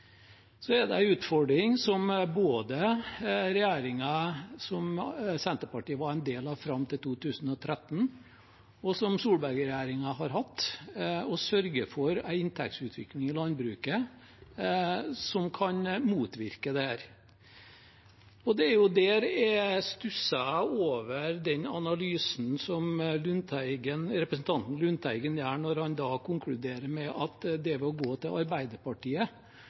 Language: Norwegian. Så er det en utfordring, som både regjeringen som Senterpartiet var en del av fram til 2013, og Solberg-regjeringen har hatt, å sørge for en inntektsutvikling i landbruket som kan motvirke dette. Det er der jeg stusser over den analysen som representanten Lundteigen gjør, når han da konkluderer med at det er ved å gå til Arbeiderpartiet